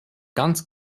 ganz